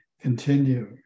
Continue